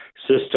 System